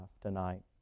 tonight